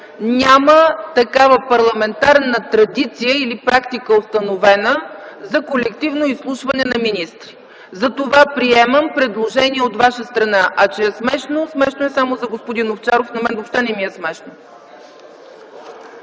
такава парламентарна традиция или практика за колективно изслушване на министри. Затова приемам предложение от ваша страна. А че е смешно, смешно е само за господин Овчаров – на мен въобще не ми е смешно.